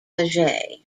paget